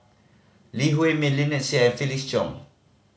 Lee Huei Min Lynnette Seah and Felix Cheong